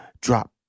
drop